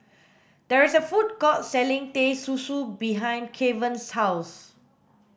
there is a food court selling teh susu behind Kevan's house